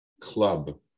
club